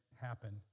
happen